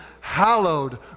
hallowed